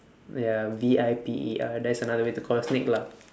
wait ah V I P E R that's another way to call snake lah